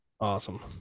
awesome